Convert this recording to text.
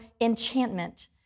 enchantment